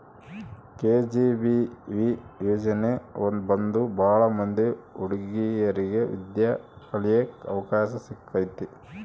KGBV ಯೋಜನೆ ಬಂದು ಭಾಳ ಮಂದಿ ಹುಡಿಗೇರಿಗೆ ವಿದ್ಯಾ ಕಳಿಯಕ್ ಅವಕಾಶ ಸಿಕ್ಕೈತಿ